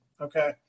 Okay